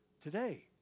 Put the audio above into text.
today